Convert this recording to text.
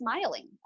smiling